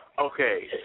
Okay